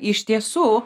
iš tiesų